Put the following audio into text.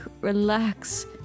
relax